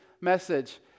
message